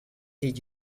did